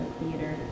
theater